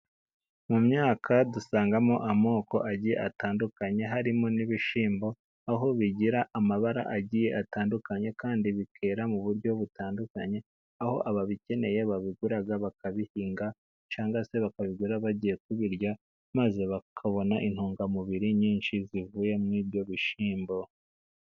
Mu myaka dusangamo amoko agiye atandukanye, harimo n'ibishyimbo, aho bigira amabara agiye atandukanye, kandi bikera mu buryo butandukanye, aho ababikeneye babigura bakabihinga cyangwa se bakabigura bagiye kubirya, maze bakabona intungamubiri nyinshi zivuye muri ibyo bishyimbo.